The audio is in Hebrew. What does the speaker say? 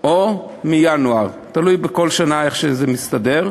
או מינואר, תלוי בכל שנה איך זה מסתדר.